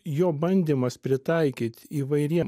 jo bandymas pritaikyt įvairiem